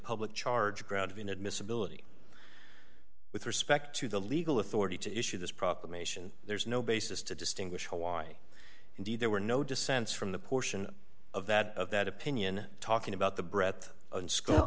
public charge ground of inadmissibility with respect to the legal authority to issue this proclamation there's no basis to distinguish why indeed there were no dissents from the portion of that of that opinion talking about the breadth and sco